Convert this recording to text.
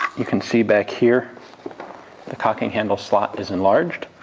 you can see back here the cocking handle slot is enlarged,